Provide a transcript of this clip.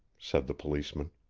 said the policeman.